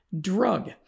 drug